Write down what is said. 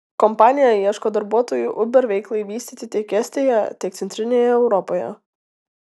kompanija ieško darbuotojų uber veiklai vystyti tiek estijoje tiek centrinėje europoje